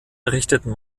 errichteten